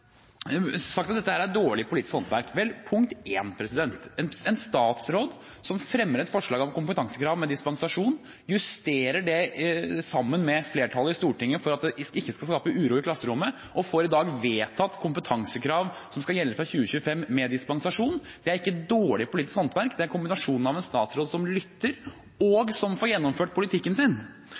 sagt at dette er dårlig politisk håndverk. Punkt 1: En statsråd som fremmer et forslag om kompetansekrav med dispensasjon, justerer det sammen med flertallet i Stortinget for at det ikke skal skape uro i klasserommet, og får i dag vedtatt kompetansekrav som skal gjelde fra 2025 med dispensasjon, det er ikke dårlig politisk håndverk, det er kombinasjonen av en statsråd som lytter, og som får gjennomført politikken sin.